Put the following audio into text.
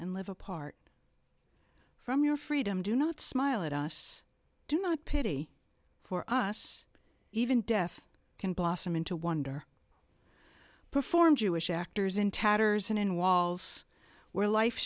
and live apart from your freedom do not smile at us do not pity for us even death can blossom into wonder perform jewish actors in tatters and in walls where life